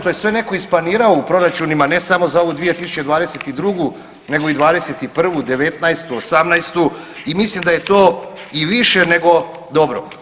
To je sve netko isplanirao u proračunima ne samo za ovu 2022., nego i 21., 19., 18. i mislim da je to i više nego dobro.